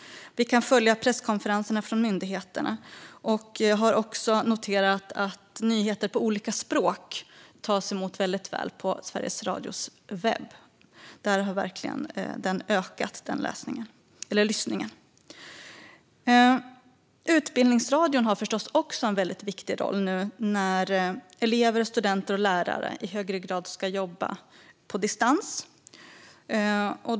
Vi kan följa presskonferenserna från myndigheterna. Jag har också noterat att nyheter på olika språk tas emot väldigt väl på Sveriges Radios webb. Där har lyssningen verkligen ökat. Utbildningsradion har förstås också en väldigt viktig roll nu när elever, studenter och lärare i högre grad ska jobba på distans.